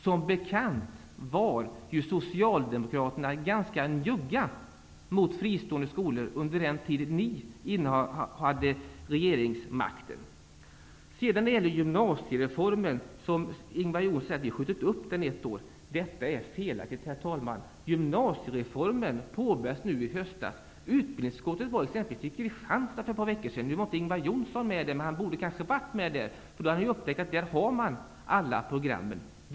Som bekant var Socialdemokraterna ganska njugga mot fristående skolor under den tid Ingvar Johnsson säger att vi har skjutit upp gymnasiereformen ett år. Detta är felaktigt, herr talman. Gymnasiereformen påbörjades i höstas. Utbildningsutskottet var i Kristianstad för några veckor sedan. Ingvar Johnsson var inte med där, men han borde kanske ha varit med. Då hade han upptäckt att alla program finns där.